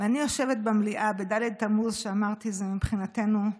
אני יושבת במליאה בד' בתמוז, שאמרתי שמבחינתנו זה